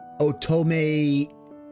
Otome